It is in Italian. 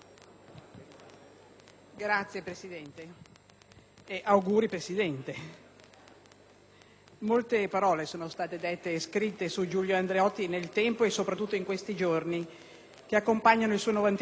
Signor Presidente, auguri al presidente Andreotti. Molte parole sono state dette e scritte su Giulio Andreotti nel tempo e, soprattutto, in questi giorni che accompagnano il suo novantesimo compleanno: